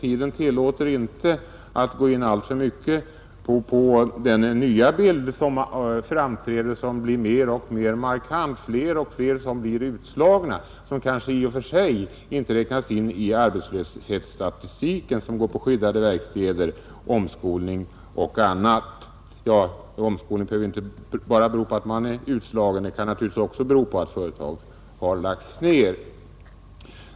Tiden tillåter inte att jag närmare berör den nya bild som framträder mer och mer markant: fler och fler blir utslagna, men de är kanske inte inräknade i arbetslöshetssiffrorna, därför att de går på skyddade verkstäder, omskolning osv. Ja, att människor går på omskolning beror förstås inte bara på att de blivit utslagna utan också på att företag har lagts ned.